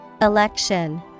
Election